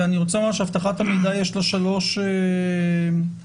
לאבטחת המידע יש שלושה פנים: